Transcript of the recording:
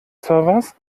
servers